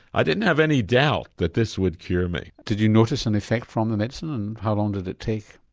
i didn't have any doubt that this would cure me. did you notice an effect from the medicine and how long did it take?